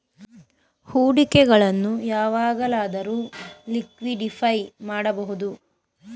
ಹೂಡಿಕೆಗಳನ್ನು ಯಾವಾಗಲಾದರೂ ಲಿಕ್ವಿಡಿಫೈ ಮಾಡಬಹುದೇ?